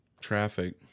Traffic